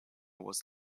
was